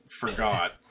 forgot